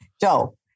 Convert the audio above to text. Joe